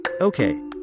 okay